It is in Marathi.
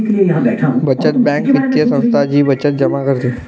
बचत बँक वित्तीय संस्था जी बचत जमा करते